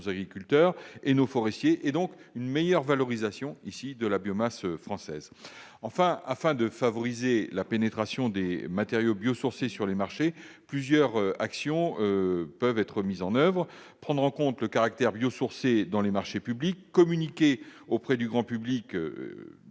agriculteurs et nos forestiers, donc de meilleure valorisation de la biomasse française. Afin de favoriser la pénétration des matériaux biosourcés sur les marchés, plusieurs actions peuvent être mises en oeuvre : prendre en compte le caractère biosourcé dans les marchés publics, communiquer auprès du grand public,